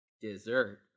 Dessert